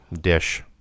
dish